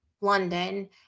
London